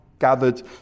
gathered